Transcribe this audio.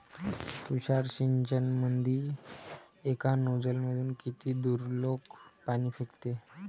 तुषार सिंचनमंदी एका नोजल मधून किती दुरलोक पाणी फेकते?